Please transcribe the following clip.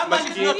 זה המנדט שלו.